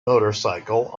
motorcycle